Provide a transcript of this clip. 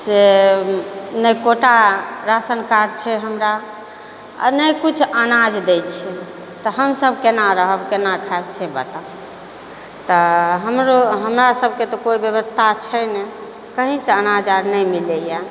से नहि कोटा रासन कार्ड छै हमरा आ नहि किछु अनाज दै छै तऽ हमसभ केना रहब केना खाएब से बताउ तऽ हमरो हमरासभकेँ तऽ कोइ व्यवस्था छै नहि कहीँसँ अनाज आब नहि मिलैए